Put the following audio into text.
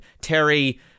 Terry